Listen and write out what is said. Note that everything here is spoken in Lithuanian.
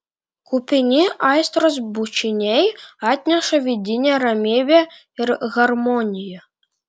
kupini aistros bučiniai atneša vidinę ramybę ir harmoniją